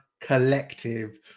Collective